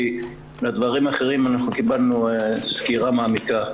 כי לדברים האחרים אנחנו קיבלנו סקירה מעמיקה.